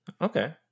Okay